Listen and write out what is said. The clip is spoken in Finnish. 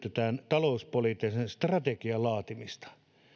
edellytetään talouspoliittisen strategian laatimista